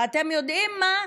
ואתם יודעים מה,